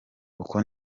uko